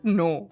no